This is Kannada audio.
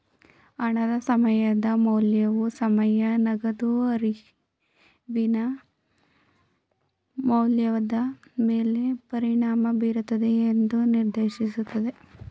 ಹಣದ ಸಮಯದ ಮೌಲ್ಯವು ಸಮಯ ನಗದು ಅರಿವಿನ ಮೌಲ್ಯದ ಮೇಲೆ ಪರಿಣಾಮ ಬೀರುತ್ತದೆ ಎಂದು ನಿರ್ದೇಶಿಸುತ್ತದೆ